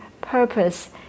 purpose